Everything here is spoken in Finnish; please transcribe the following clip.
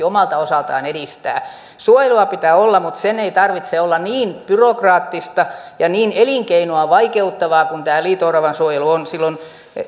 omalta osaltaan edistää suojelua pitää olla mutta sen ei tarvitse olla niin byrokraattista ja niin elinkeinoa vaikeuttavaa kuin tämä liito oravan suojelu on silloin